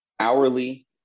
Hourly